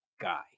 guy